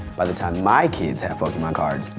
by the time my kids have pokemon cards,